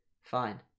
Fine